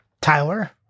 tyler